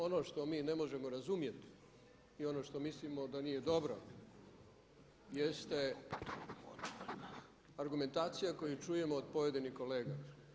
Ono što mi ne možemo razumjeti i ono što mislimo da nije dobro jeste argumentacija koju čujem od pojedinih kolega.